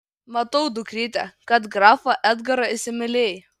matau dukryte kad grafą edgarą įsimylėjai